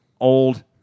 old